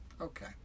Okay